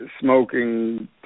smoking